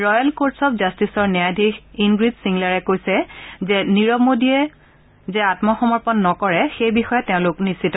royal Courts of জাট্টিছৰ ন্যায়াধীশ Ingrid চিংলাৰে কৈছে যে নিৰৱ মোদীয়ে যে আম্মসমৰ্পন নকৰে সেই বিষয়ে তেওঁলোক নিশ্চিত